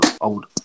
old